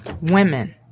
women